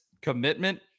commitment